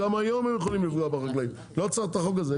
גם היום הם יכולים לפגוע בחקלאים לא צריך את החוק הזה.